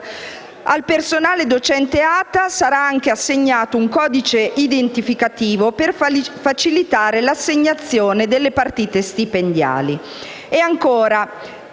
Al personale docente e ATA sarà anche assegnato un codice identificativo per facilitare l'assegnazione delle partite stipendiali.